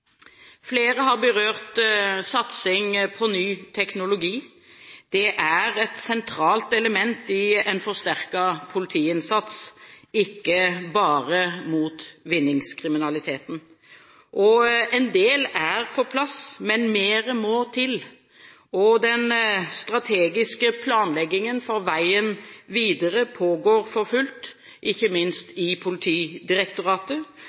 Flere har berørt satsing på ny teknologi. Det er et sentralt element i en forsterket politiinnsats – ikke bare mot vinningskriminaliteten. En del er på plass, men mer må til. Den strategiske planleggingen for veien videre pågår for fullt, ikke